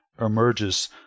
emerges